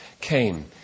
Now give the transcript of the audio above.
came